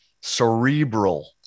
cerebral